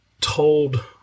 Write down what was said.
told